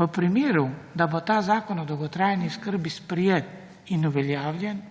V primeru, da bo ta Zakon o dolgotrajni oskrbi sprejet in uveljavljen